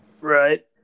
right